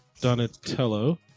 Donatello